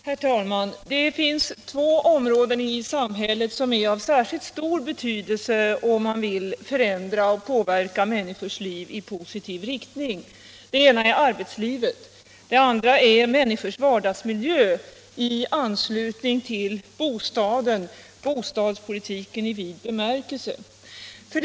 Herr talman! Det finns två områden i samhället som är av särskilt stor betydelse om man vill förändra och påverka människors liv i positiv riktning. Det ena är arbetslivet, det andra är människors vardagsmiljö i anslutning till bostaden, bostadspolitiken i vid bemärkelse. För.